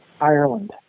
Ireland